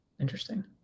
interesting